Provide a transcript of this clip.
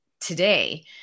today